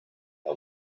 are